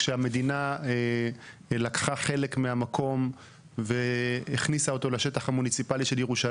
כשהמדינה לקחה חלק מהמקום והכניסה אותו לשטח המוניציפלי של העיר,